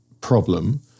problem